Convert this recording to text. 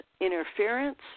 interference